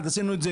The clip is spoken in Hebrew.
עשינו את זה,